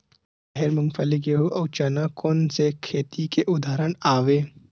राहेर, मूंगफली, गेहूं, अउ चना कोन सा खेती के उदाहरण आवे?